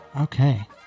Okay